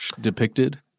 depicted –